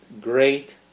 great